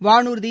வானூர்தி